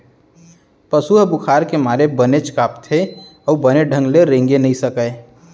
पसु ह बुखार के मारे बनेच कांपथे अउ बने ढंग ले रेंगे नइ सकय